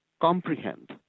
comprehend